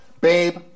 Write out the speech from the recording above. Babe